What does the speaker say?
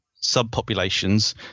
subpopulations